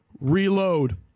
reload